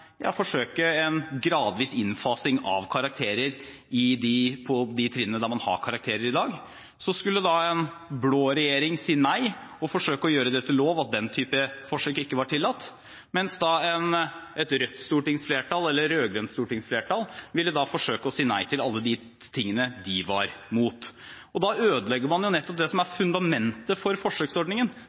gradvis innfasing av karakterer på de trinnene der man har karakterer i dag, så skulle da en blå regjering si nei og forsøke å gjøre det til lov at den type forsøk ikke var tillatt, mens et rødt eller rød-grønt stortingsflertall da ville forsøkt å si nei til alle de tingene de var imot. Da ødelegger man nettopp det som er fundamentet for forsøksordningen,